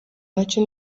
nacyo